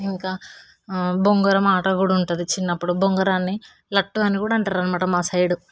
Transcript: ఇంక బొంగరం ఆట కూడా ఉంటుంది చిన్నప్పుడు బొంగరాన్ని లట్టు అని కూడా అంటారన్నమాట మా సైడ్